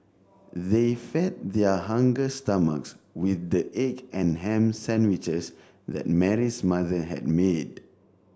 they fed their hunger stomachs with the egg and ham sandwiches that Mary's mother had made